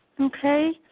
Okay